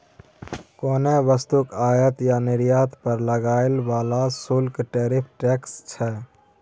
कोनो वस्तुक आयात आ निर्यात पर लागय बला शुल्क टैरिफ टैक्स छै